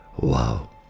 Wow